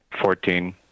Fourteen